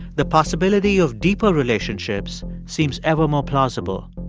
the possibility of deeper relationships seems ever more plausible,